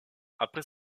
après